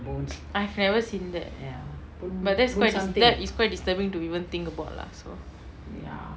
I've never seen that but that's quite that is quite disturbing to even think about lah so